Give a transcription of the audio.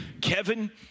Kevin